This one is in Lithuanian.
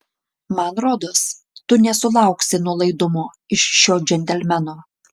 man rodos tu nesulauksi nuolaidumo iš šio džentelmeno